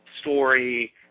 story